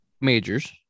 majors